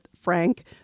frank